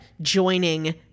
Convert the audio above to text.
joining